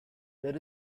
there